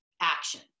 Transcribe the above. action